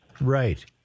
right